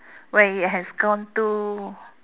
where it has gone to